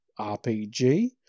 RPG